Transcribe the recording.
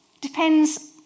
depends